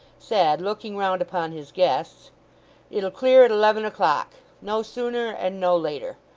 said, looking round upon his guests it'll clear at eleven o'clock. no sooner and no later.